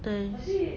nice